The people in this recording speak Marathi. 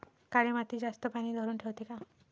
काळी माती जास्त पानी धरुन ठेवते का?